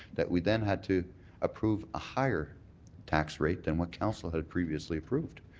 that we then had to approve a higher tax rate than what council had previously approved.